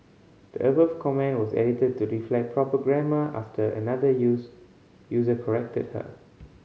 the above comment was edited to reflect proper grammar after another use user corrected her